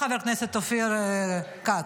חבר הכנסת אופיר כץ.